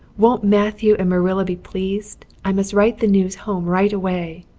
won't matthew and marilla be pleased! i must write the news home right away.